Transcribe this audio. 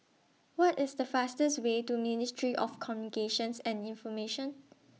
What IS The fastest Way to Ministry of Communications and Information